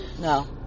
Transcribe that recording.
No